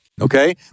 okay